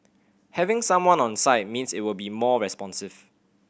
having someone on site means it will be more responsive